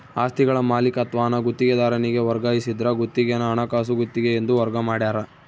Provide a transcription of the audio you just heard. ಆಸ್ತಿಗಳ ಮಾಲೀಕತ್ವಾನ ಗುತ್ತಿಗೆದಾರನಿಗೆ ವರ್ಗಾಯಿಸಿದ್ರ ಗುತ್ತಿಗೆನ ಹಣಕಾಸು ಗುತ್ತಿಗೆ ಎಂದು ವರ್ಗ ಮಾಡ್ಯಾರ